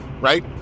Right